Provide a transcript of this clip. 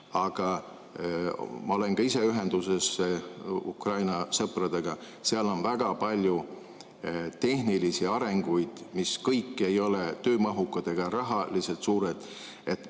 Ma olen ka ise ühenduses Ukraina sõpradega. Seal on väga palju tehnilist arengut, mis kõik ei ole töömahukas ega rahaliselt suur.